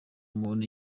muntu